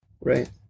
Right